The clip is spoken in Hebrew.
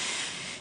מאוחדת,